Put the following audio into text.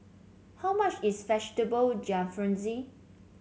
how much is Vegetable Jalfrezi